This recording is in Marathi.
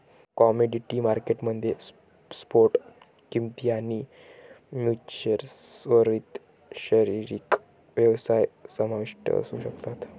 कमोडिटी मार्केट मध्ये स्पॉट किंमती आणि फ्युचर्सवरील शारीरिक व्यापार समाविष्ट असू शकतात